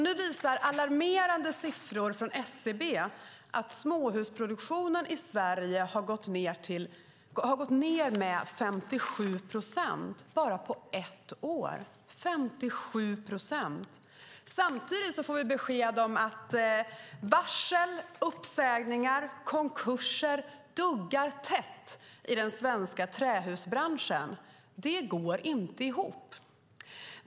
Nu visar alarmerande siffror från SCB att småhusproduktionen i Sverige har gått ned med 57 procent bara på ett år - 57 procent! Samtidigt får vi besked om att varsel, uppsägningar och konkurser duggar tätt i den svenska trähusbranschen, det går inte ihop.